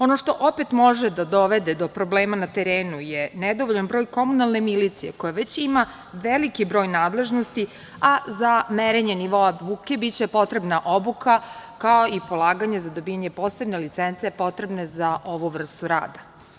Ono što opet može da dovede do problema na terenu je nedovoljan broj komunalne milicije koja već ima veliki broj nadležnosti, a za merenje nivoa buke biće potrebna obuka, kao i polaganje za dobijanje posebne licence potrebne za ovu vrstu rada.